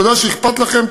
תודה שאכפת לכם,